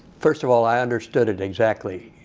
first of all, i understood it exactly.